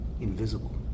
invisible